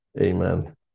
amen